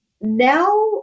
Now